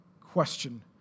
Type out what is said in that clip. question